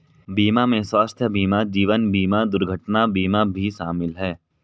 बीमा में स्वास्थय बीमा जीवन बिमा दुर्घटना बीमा भी शामिल है